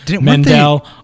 Mendel